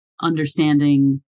understanding